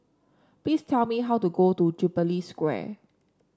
please tell me how to go to Jubilee Square